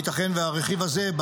ייתכן שהרכיב הזה,